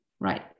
right